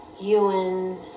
Ewan